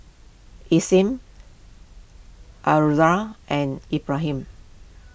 Isnin Azura and Ibrahim